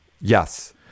Yes